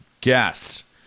guess